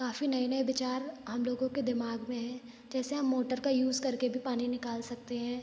काफ़ी नए नए विचार हम लोगो के दिमाग में है जैसे हम मोटर का यूज़ करके भी पानी निकाल सकते हैं